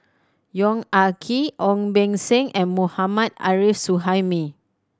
Yong Ah Kee Ong Beng Seng and Mohammad Arif Suhaimi